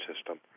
system